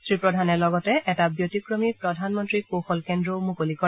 শ্ৰী প্ৰধানে লগতে এটা ব্যতিক্ৰমী প্ৰধানমন্ত্ৰী কৌশল কেন্দ্ৰও মুকলি কৰে